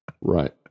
Right